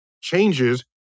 changes